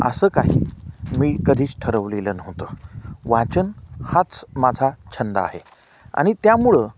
असं काही मी कधीच ठरवलेलं नव्हतं वाचन हाच माझा छंद आहे आणि त्यामुळं